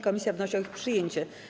Komisja wnosi o ich przyjęcie.